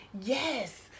Yes